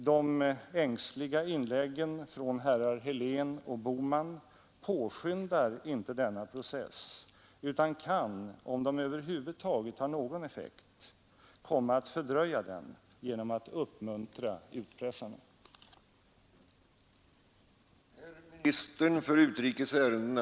De ängsliga inläggen från herrar Helén och Bohman påskyndar inte denna process utan kan, om de över huvud taget har någon effekt, komma att fördröja den genom att uppmuntra utpressarna.